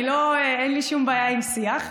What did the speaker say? אין לי שום בעיה עם שיח.